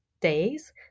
days